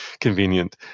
convenient